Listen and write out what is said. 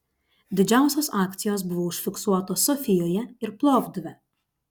didžiausios akcijos buvo užfiksuotos sofijoje ir plovdive